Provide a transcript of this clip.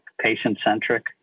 patient-centric